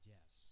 Yes